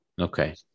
okay